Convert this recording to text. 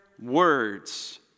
words